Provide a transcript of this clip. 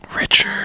Richard